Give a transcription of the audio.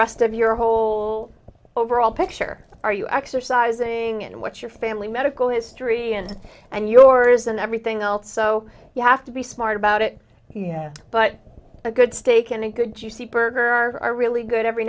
rest of your whole overall picture are you exercising and what your family medical history and and yours and everything else so you have to be smart about it yeah but a good steak and a good juicy burger are really good every